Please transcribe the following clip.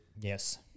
Yes